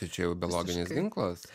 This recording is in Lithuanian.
tai čia jau biologinis ginklas